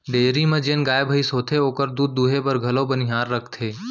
dairy म जेन गाय भईंस होथे ओकर दूद दुहे बर घलौ बनिहार रखथें